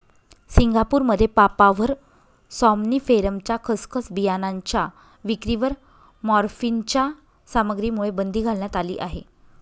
सिंगापूरमध्ये पापाव्हर सॉम्निफेरमच्या खसखस बियाणांच्या विक्रीवर मॉर्फिनच्या सामग्रीमुळे बंदी घालण्यात आली आहे